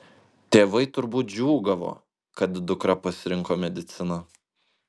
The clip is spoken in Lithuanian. tėvai turbūt džiūgavo kad dukra pasirinko mediciną